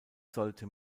sollte